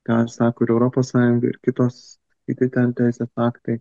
ką sako ir europos sąjunga ir kitos kiti ten teisės aktai